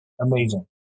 Amazing